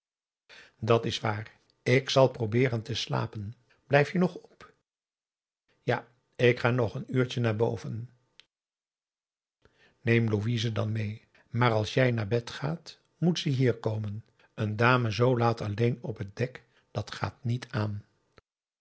dat is waar ik zal probeeren te slapen blijf jij nog op ja ik ga nog een uurtje naar boven neem louise dan meê maar als jij naar bed gaat moet ze hier komen eene dame zoo laat alleen op het dek dat gaat niet wat